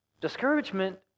Discouragement